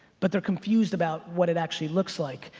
but they're confused about what it actually looks like.